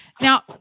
Now